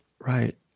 Right